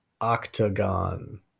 octagon